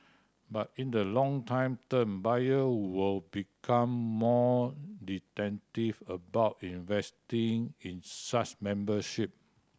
but in the longer term buyer will become more about investing in such membership